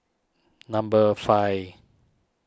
number five